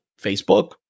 facebook